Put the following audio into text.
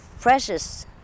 precious